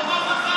הוא אמר,